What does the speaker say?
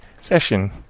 session